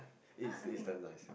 ah nothing